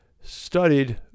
studied